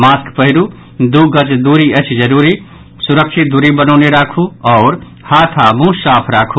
mask पहिरू दू गज दूरी अछि जरूरी सुरक्षित दूरी बनौने राखू आओर हाथ आ मुंह साफ राखू